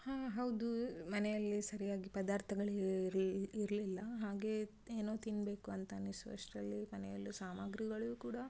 ಹಾಂ ಹೌದು ಮನೆಯಲ್ಲಿ ಸರಿಯಾಗಿ ಪದಾರ್ಥಗಳು ಇರಲಿಲ್ಲ ಹಾಗೆ ಏನೊ ತಿನ್ಬೇಕು ಅಂತ ಅನಿಸುವಷ್ಟರಲ್ಲಿ ಮನೆಯಲ್ಲು ಸಾಮಾಗ್ರಿಗಳು ಕೂಡ